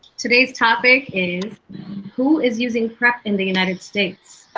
today's topic is who is using prep in the united states?